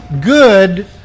good